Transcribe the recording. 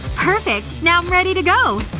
perfect. now i'm ready to go